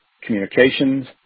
communications